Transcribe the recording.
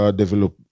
develop